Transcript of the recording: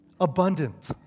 abundant